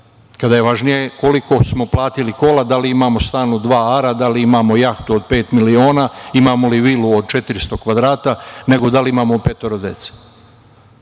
kada je važnije koliko smo platili kola, da li imamo stan od dva ara, da li imamo jahtu od pet miliona, da li imamo vilu od 400 kvadrata, nego da li imamo petoro